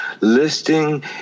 listing